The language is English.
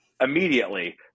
immediately